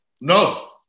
no